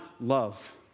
love